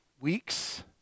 weeks